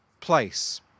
place